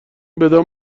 بدان